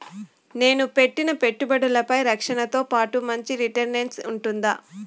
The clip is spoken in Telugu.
నేను పెట్టిన పెట్టుబడులపై రక్షణతో పాటు మంచి రిటర్న్స్ ఉంటుందా?